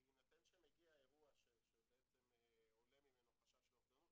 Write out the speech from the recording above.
בהינתן שמגיע אירוע שבעצם עולה ממנו חשש לאובדנות,